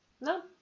No